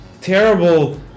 terrible